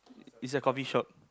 it's a coffee shop